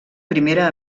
primera